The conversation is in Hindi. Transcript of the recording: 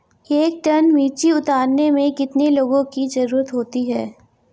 एक टन मिर्ची उतारने में कितने लोगों की ज़रुरत होती है?